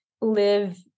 live